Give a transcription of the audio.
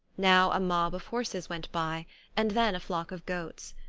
now a mob of horses went by and then a flock of goats.